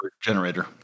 generator